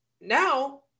now